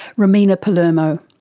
romina palermo.